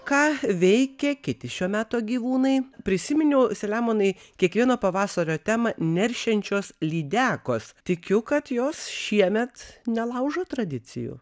ką veikia kiti šio meto gyvūnai prisiminiau salemonai kiekvieno pavasario temą neršiančios lydekos tikiu kad jos šiemet nelaužo tradicijų